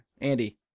Andy